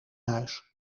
huis